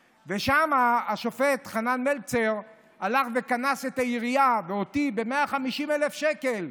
והשופט חנן מלצר הלך וקנס את העירייה ואותי ב-150,000 שקל.